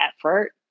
effort